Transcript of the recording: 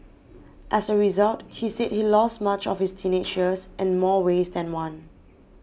as a result he say he lost much of his teenages in more ways than one